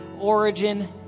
origin